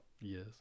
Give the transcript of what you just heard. Yes